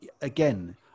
Again